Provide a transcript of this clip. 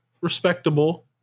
respectable